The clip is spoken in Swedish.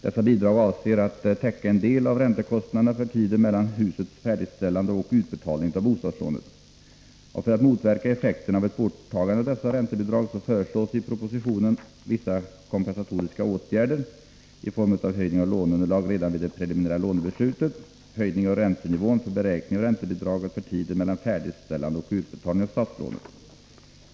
Dessa bidrag avser att täcka en del av räntekostnaderna för tiden mellan husets färdigställande och utbetalningen av bostadslånet. För att motverka effekterna av ett borttagande av dessa räntebidrag föreslås i propositionen vissa kompensatoriska åtgärder i form av höjning av låneunderlag redan vid det preliminära lånebeslutet, höjning av räntenivån för beräkning av räntebidraget för tiden mellan färdigställande och utbetalning av statslånet.